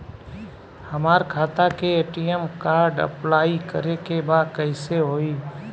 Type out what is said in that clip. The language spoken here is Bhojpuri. हमार खाता के ए.टी.एम कार्ड अप्लाई करे के बा कैसे होई?